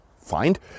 find